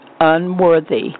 unworthy